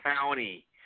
County